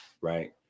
Right